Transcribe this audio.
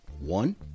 one